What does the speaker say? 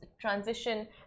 transition